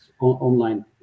online